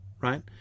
right